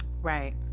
right